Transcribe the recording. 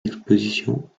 expositions